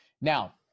Now